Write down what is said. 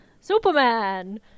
Superman